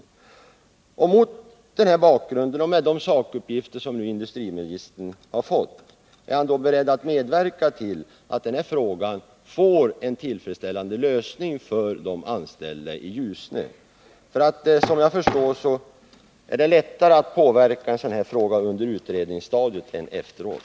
Jag vill fråga: Är industriministern — mot den här bakgrunden och med hänsyn till de sakuppgifter industriministern har fått — nu beredd att medverka till att den här frågan får en lösning som är tillfredsställande för de anställda i Ljusne? Såvitt jag förstår är det lättare att påverka en sådan här fråga på utredningsstadiet än efteråt.